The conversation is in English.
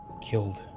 killed